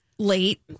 Late